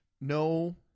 no